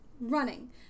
Running